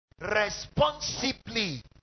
Responsibly